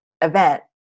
event